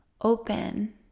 open